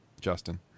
Justin